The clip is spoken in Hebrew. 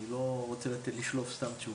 אני לא רוצה לשלוף סתם תשובה.